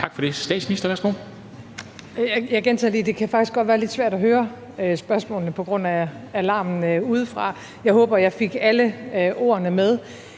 Tak for det.